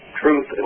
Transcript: truth